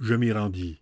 je m'y rendis